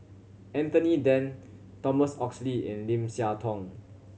Anthony Then Thomas Oxley and Lim Siah Tong